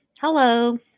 Hello